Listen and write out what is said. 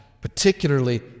particularly